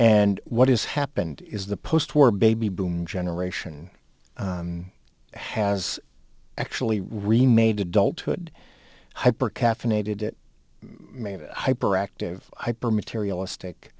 and what has happened is the post war baby boom generation has actually remade adulthood hyper caffeinated it may have active hyper materialistic